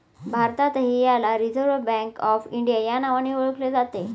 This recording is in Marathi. भारतातही याला रिझर्व्ह बँक ऑफ इंडिया या नावाने ओळखले जाते